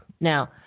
Now